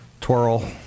twirl